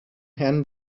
herrn